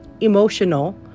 emotional